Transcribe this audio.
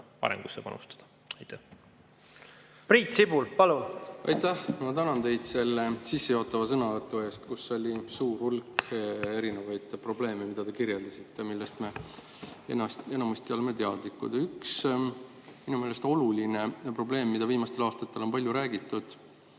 arengusse panustada. Priit Sibul, palun! Aitäh! Ma tänan teid sissejuhatava sõnavõtu eest, kus oli suur hulk erinevaid probleeme, mida te kirjeldasite, millest me enamasti oleme teadlikud. Üks minu meelest oluline probleem, millest viimastel aastatel on palju räägitud,